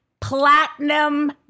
Platinum